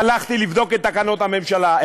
הלכתי לבדוק את תקנות הממשלה,